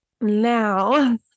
Now